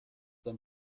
dann